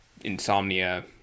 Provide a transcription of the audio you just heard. insomnia